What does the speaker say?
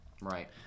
Right